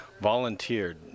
volunteered